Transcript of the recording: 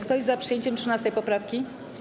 Kto jest za przyjęciem 13. poprawki?